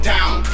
Down